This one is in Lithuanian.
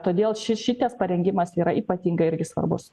todėl šis šitas parengimas yra ypatingai irgi svarbus